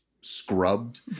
scrubbed